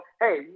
Hey